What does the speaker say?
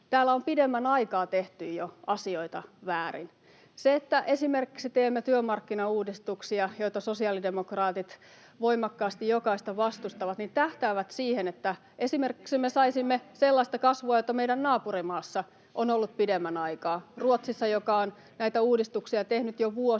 täällä on jo pidemmän aikaa tehty asioita väärin. Se, että teemme esimerkiksi työmarkkinauudistuksia, joita sosiaalidemokraatit voimakkaasti — jokaista — vastustavat, tähtää siihen, että me esimerkiksi saisimme sellaista kasvua, jota meidän naapurimaassamme on ollut pidemmän aikaa, Ruotsissa, joka on näitä uudistuksia tehnyt jo vuosia